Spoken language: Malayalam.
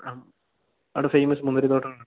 ആ അവിടെ ഫേയ്മസ് മുന്തിരി തോട്ടങ്ങളാണ്